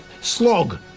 slog